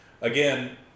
again